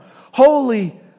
Holy